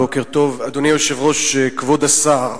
בוקר טוב, אדוני היושב-ראש, כבוד השר,